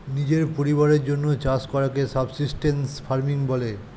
নিজের পরিবারের জন্যে চাষ করাকে সাবসিস্টেন্স ফার্মিং বলে